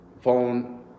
phone